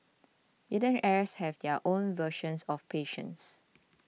billionaires have their own versions of patience